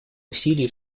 усилий